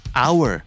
hour